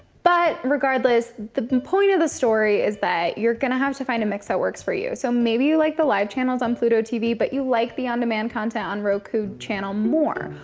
but regardless, the point of the story is that you're gonna have to find a mix that works for you. so maybe you like the live channels on pluto tv, but you like the on-demand content on roku channel more.